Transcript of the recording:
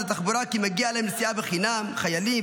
התחבורה כי מגיעה להם נסיעה בחינם: חיילים,